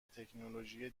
تکنولوژی